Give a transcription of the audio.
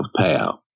payout